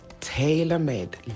tailor-made